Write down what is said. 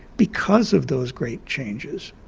because of those great changes,